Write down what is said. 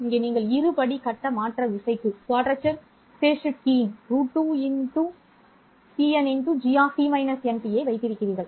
இங்கே நீங்கள் இருபடி கட்ட மாற்ற விசைக்கு √2 cn g வைத்திருக்கிறீர்கள்